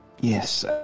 Yes